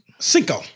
Cinco